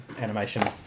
animation